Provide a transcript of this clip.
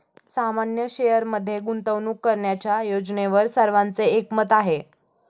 सामान्य शेअरमध्ये गुंतवणूक करण्याच्या योजनेवर सर्वांचे एकमत आहे